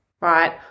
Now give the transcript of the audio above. right